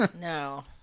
No